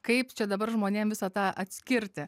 kaip čia dabar žmonėm visą tą atskirti